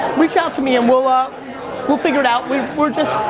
reach out to me, and we'll, um we'll figure it out, we're we're just,